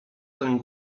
ten